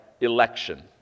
election